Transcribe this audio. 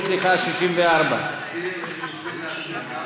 להסתייגות 64. להסיר גם